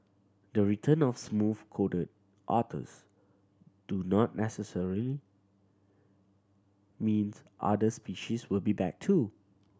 the return of smooth coated otters do not necessary means other species will be back too